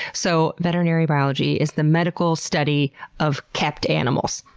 so, veterinary biology is the medical study of kept animals.